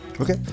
Okay